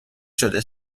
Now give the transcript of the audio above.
شده